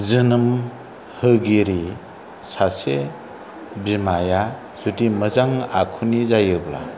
जोनोम होगिरि सासे बिमाया जुदि मोजां आखुनि जायोब्ला